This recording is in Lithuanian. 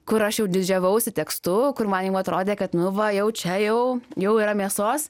kur aš jau didžiavausi tekstu kur man jau atrodė kad nu va jau čia jau jau yra mėsos